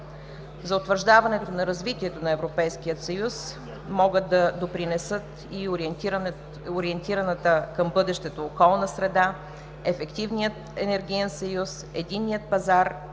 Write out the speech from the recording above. За утвърждаването на развитието на Европейския съюз могат да допринесат и ориентираната към бъдещето околна среда, ефективният енергиен съюз, единният пазар